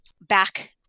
back